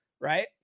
Right